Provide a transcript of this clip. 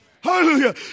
Hallelujah